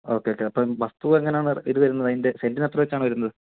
okay okay അപ്പം വസ്തു എങ്ങനെയാണ് ഇതു വരുന്നത് സെൻ്റിന് എത്ര വച്ചാണ് വരുന്നത്